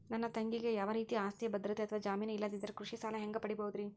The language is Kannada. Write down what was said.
ನನ್ನ ತಂಗಿಗೆ ಯಾವ ರೇತಿಯ ಆಸ್ತಿಯ ಭದ್ರತೆ ಅಥವಾ ಜಾಮೇನ್ ಇಲ್ಲದಿದ್ದರ ಕೃಷಿ ಸಾಲಾ ಹ್ಯಾಂಗ್ ಪಡಿಬಹುದ್ರಿ?